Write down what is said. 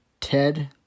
Ted